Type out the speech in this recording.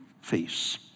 face